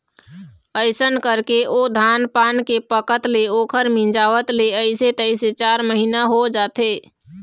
अइसन करके ओ धान पान के पकत ले ओखर मिंजवात ले अइसे तइसे चार महिना हो जाथे